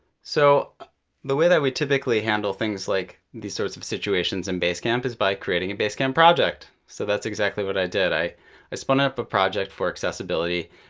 so the way that we typically handle things like these sorts of situations in basecamp is by creating a basecamp project. so that's exactly what i did. i i spun up a project for accessibility.